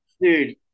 dude